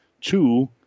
two